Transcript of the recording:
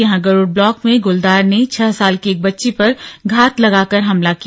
यहां गरुड़ ब्लॉक में गुलदार ने छह साल की एक बच्ची पर घात लगाकर हमला किया